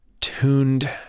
tuned